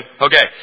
Okay